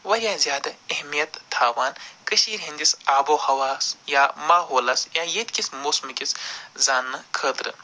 وارِیاہ زیادٕ اہیمت تھوان کٔشیٖرِ ہِنٛدِس آبو ہوہس یا ماحولس یا ییٚتِکِس موسمٕکِس زانس خٲطرٕ